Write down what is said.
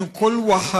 לדעתי, אם כל אדם